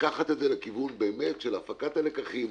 לקחת את זה לכיוון של הפקת לקחים,